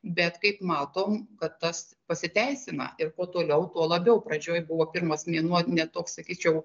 bet kaip matom kad tas pasiteisina ir kuo toliau tuo labiau pradžioj buvo pirmas mėnuo ne toks sakyčiau